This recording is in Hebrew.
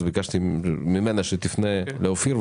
אז ביקשתי ממנה שתפנה לאופיר,